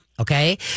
Okay